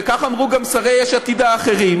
וכך אמרו גם שרי יש עתיד האחרים,